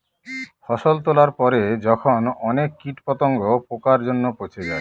ফসল তোলার পরে যখন অনেক কীট পতঙ্গ, পোকার জন্য পচে যায়